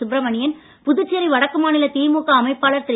சுப்ரமணியன் புதுச்சேரி வடக்கு மாநில திமுக அமைப்பாளர் திரு